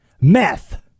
meth